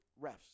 refs